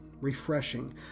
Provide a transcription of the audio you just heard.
refreshing